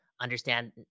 understand